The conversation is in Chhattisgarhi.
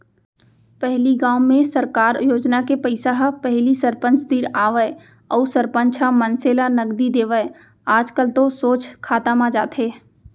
पहिली गाँव में सरकार योजना के पइसा ह पहिली सरपंच तीर आवय अउ सरपंच ह मनसे ल नगदी देवय आजकल तो सोझ खाता म जाथे